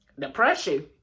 depression